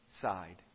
side